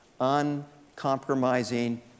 uncompromising